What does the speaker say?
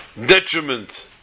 detriment